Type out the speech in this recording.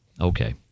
Okay